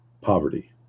poverty